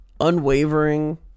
unwavering